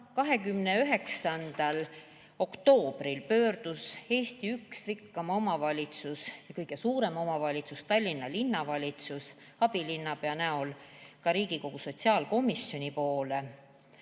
29. oktoobril pöördus üks Eesti rikkamaid ja kõige suurem omavalitsus, Tallinna Linnavalitsus, abilinnapea näol Riigikogu sotsiaalkomisjoni poole.